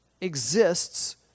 exists